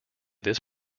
this